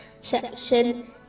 section